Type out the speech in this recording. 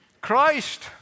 Christ